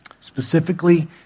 Specifically